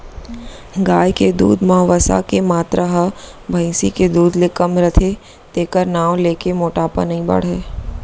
गाय के दूद म वसा के मातरा ह भईंसी के दूद ले कम रथे तेकर नांव लेके मोटापा नइ बाढ़य